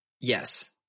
Yes